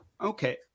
Okay